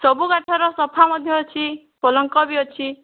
ସବୁ କାଠର ସୋଫା ମଧ୍ୟ ଅଛି ପଲଙ୍କ ବି ଅଛି